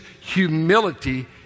humility